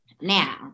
Now